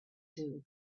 two